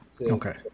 okay